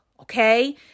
Okay